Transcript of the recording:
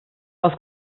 aus